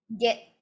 get